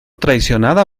traicionada